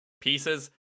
pieces